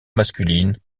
masculines